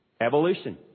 Evolution